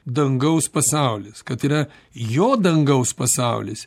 dangaus pasaulis kad yra jo dangaus pasaulis